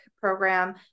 program